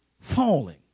falling